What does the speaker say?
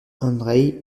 andreï